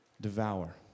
devour